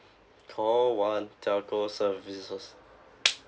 call one telco services